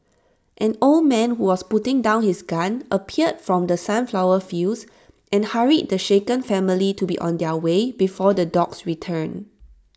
an old man who was putting down his gun appeared from the sunflower fields and hurried the shaken family to be on their way before the dogs return